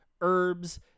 herbs